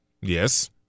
Yes